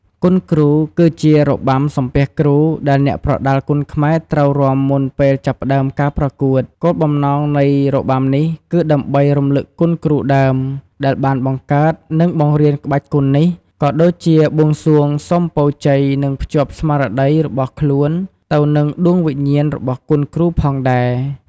គុនគ្រូ គឺជា របាំសំពះគ្រូ ដែលអ្នកប្រដាល់គុនខ្មែរត្រូវរាំមុនពេលចាប់ផ្តើមការប្រកួត គោលបំណងនៃរបាំនេះ គឺដើម្បី រំលឹកគុណគ្រូដើម ដែលបានបង្កើត និងបង្រៀនក្បាច់គុននេះ ក៏ដូចជា បួងសួងសុំពរជ័យ និងភ្ជាប់ស្មារតី របស់ខ្លួនទៅនឹងដួងវិញ្ញាណរបស់គុនគ្រូផងដែរ។